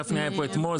גפני היה פה אתמול,